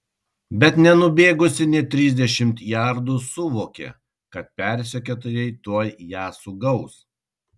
bet nenubėgusi nė trisdešimt jardų suvokė kad persekiotojai tuoj ją sugaus